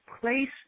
place